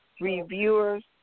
reviewers